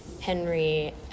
Henry